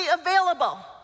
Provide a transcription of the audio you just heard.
available